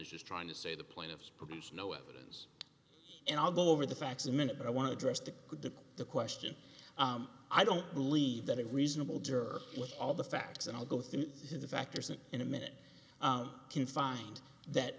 is just trying to say the plaintiffs produce no evidence and i'll go over the facts a minute but i want to address to the question i don't believe that a reasonable juror with all the facts and i'll go through the factors and in a minute can find that